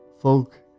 Folk